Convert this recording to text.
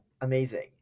Amazing